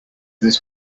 this